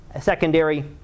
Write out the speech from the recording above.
secondary